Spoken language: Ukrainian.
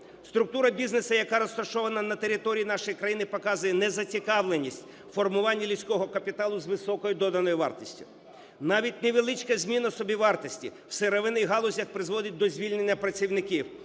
Структура бізнесу, яка розташована на території нашої країни, показує незацікавленість в формуванні людського капіталу з високою доданою вартістю. Навіть невеличка зміна собівартості в сировинних галузях призводить до звільнення працівників,